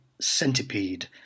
centipede